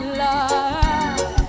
love